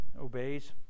obeys